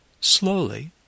slowly